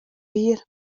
wier